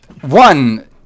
one